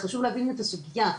את הסוגיה.